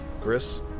Chris